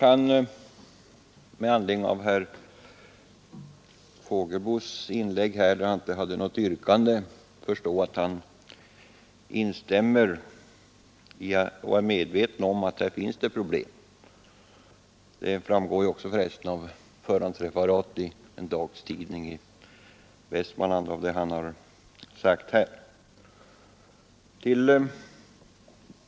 Av herr Fågelsbos inlägg, där han inte ställde något yrkande, kan jag förstå att han instämmer i och är medveten om att här finns problem. Det framgår för resten också av förhandsreferat i en dagstidning i Västmanland av vad han sagt här.